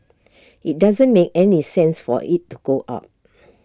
IT doesn't make any sense for IT to go up